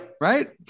Right